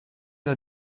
era